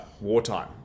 wartime